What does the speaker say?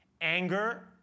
anger